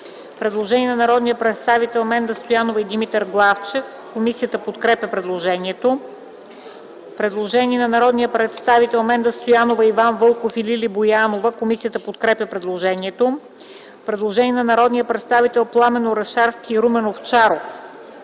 Предложение от народните представители Менда Стоянова и Димитър Главчев. Комисията подкрепя предложението. Предложение от народните представители Менда Стоянова, Иван Вълков и Лили Боянова. Комисията подкрепя предложението. Предложение от народните представители Пламен Орешарски и Румен Овчаров